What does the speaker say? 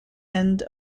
end